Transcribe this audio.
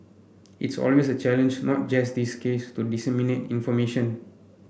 it's always a challenge not just this case to disseminate information